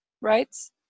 rights